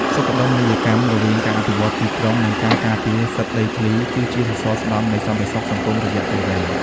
សុខដុមនីយកម្មរវាងការអភិវឌ្ឍទីក្រុង និងការការពារសិទ្ធិដីធ្លី គឺជាសសរស្តម្ភនៃសន្តិសុខសង្គមរយៈពេលវែង។